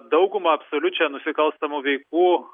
daugumą absoliučią nusikalstamų veikų